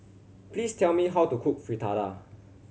please tell me how to cook Fritada